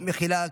מחילה,